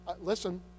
Listen